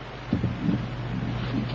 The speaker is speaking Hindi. निर्वाचन